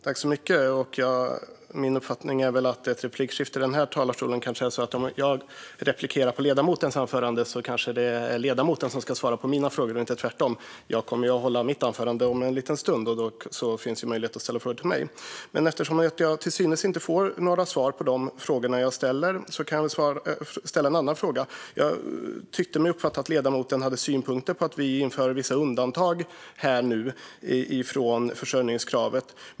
Fru talman! Min uppfattning är att om jag replikerar på ledamotens anförande är det ledamoten som ska svara på mina frågor, inte tvärtom. Jag kommer strax att hålla mitt anförande, och därefter finns möjlighet att ställa frågor till mig. Eftersom jag till synes inte fick några svar på mina frågor, kan jag ställa en annan fråga. Jag tyckte mig uppfatta att ledamoten hade synpunkter på att vi inför vissa undantag från försörjningskravet.